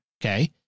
okay